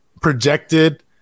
Projected